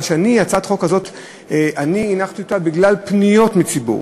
את הצעת החוק הזאת אני הנחתי בגלל פניות מהציבור,